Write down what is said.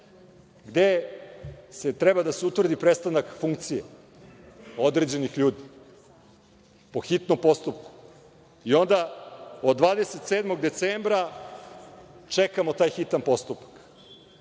gde treba da se utvrdi prestanak funkcije određenih ljudi, po hitnom postupku. I onda, od 27. decembra čekamo taj hitan postupak